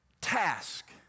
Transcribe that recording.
task